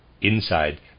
Inside